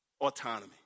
Autonomy